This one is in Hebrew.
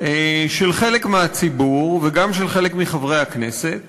של חלק מהציבור וגם של חלק מחברי הכנסת